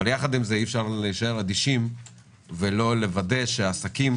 אך יחד עם זה אי אפשר להישאר אדישים ולא לוודא שעסקים